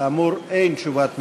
כאמור, אין תשובת ממשלה.